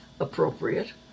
appropriate